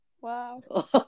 wow